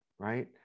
Right